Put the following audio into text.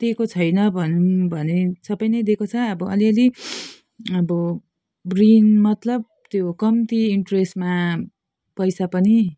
दिएको छैन भनौँ भने सबै नै दिएको छ अब अलिअलि अब ऋण मतलब त्यो कम्ती इन्ट्रेस्टमा पैसा पनि